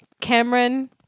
Cameron